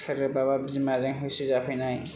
सोरबाबा बिमाजों होसोजाफैनाय